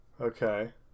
okay